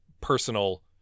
personal